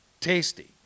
tasty